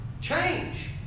change